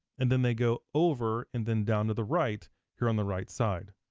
and then they go over and then down to the right here on the right side.